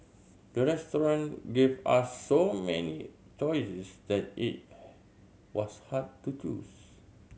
the restaurant gave us so many choices that it was hard to choose